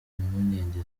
impungenge